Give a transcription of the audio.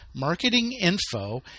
marketinginfo